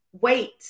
Wait